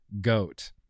goat